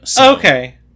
Okay